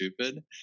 stupid